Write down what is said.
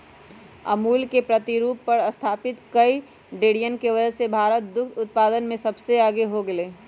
अमूल के प्रतिरूप पर स्तापित कई डेरियन के वजह से भारत दुग्ध उत्पादन में सबसे आगे हो गयलय